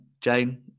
Jane